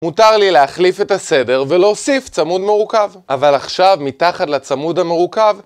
מותר לי להחליף את הסדר ולהוסיף צמוד מורכב אבל עכשיו מתחת לצמוד המורכב